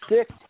six